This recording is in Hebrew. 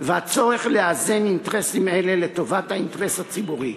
והצורך לאזן אינטרסים אלה לטובת האינטרס הציבורי.